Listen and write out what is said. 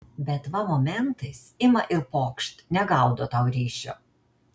bet va momentais ima ir pokšt negaudo tau ryšio